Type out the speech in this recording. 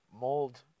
mold